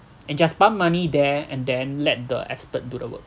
and just pump money there and then let the expert do the work